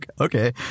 Okay